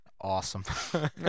Awesome